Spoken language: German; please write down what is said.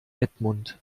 edmund